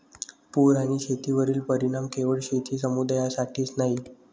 पूर आणि शेतीवरील परिणाम केवळ शेती समुदायासाठीच नाही